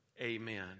Amen